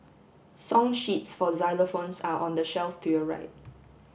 song sheets for xylophones are on the shelf to your right